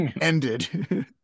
ended